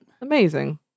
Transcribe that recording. Amazing